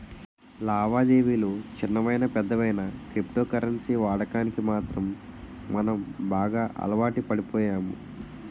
లావాదేవిలు చిన్నవయినా పెద్దవయినా క్రిప్టో కరెన్సీ వాడకానికి మాత్రం మనం బాగా అలవాటుపడిపోయాము